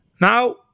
Now